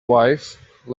wife